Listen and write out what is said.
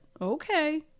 Okay